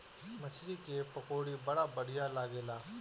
मछरी के पकौड़ी बड़ा बढ़िया लागेला